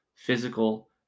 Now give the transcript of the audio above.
physical